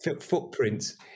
footprints